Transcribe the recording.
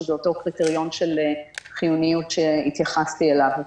שזה אותו קריטריון של חיוניות שהתייחסתי אליו.